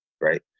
right